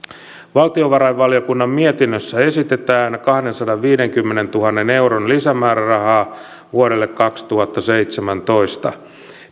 valtiovarainvaliokunnan mietinnössä esitetään kahdensadanviidenkymmenentuhannen euron lisämäärärahaa vuodelle kaksituhattaseitsemäntoista